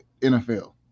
NFL